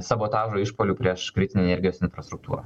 sabotažų išpuolių prieš kritinę energijos infrastruktūrą